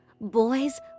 Boys